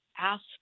ask